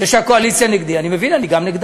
זה שהקואליציה נגדי אני מבין, אני גם נגדה.